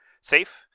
safe